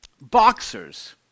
Boxers